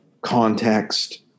context